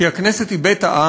כי הכנסת היא בית העם,